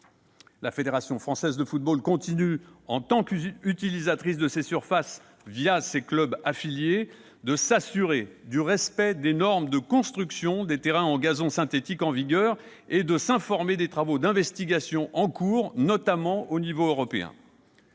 La Fédération continue, en temps qu'utilisatrice de ces surfaces ses clubs affiliés, de s'assurer du respect des normes de construction des terrains en gazon synthétique en vigueur et de s'informer des travaux d'investigations en cours, notamment à l'échelon européen.